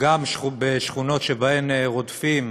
נגד שולי מועלם-רפאלי,